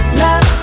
love